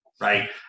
right